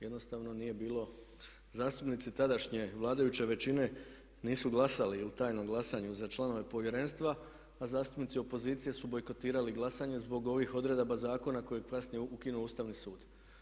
Jednostavno nije bilo, zastupnici tadašnje vladajuće većine nisu glasali u tajnom glasanju za članove Povjerenstva, a zastupnici opozicije su bojkotirali glasanje zbog ovih odredaba zakona koje je kasnije ukinuo Ustavni sud.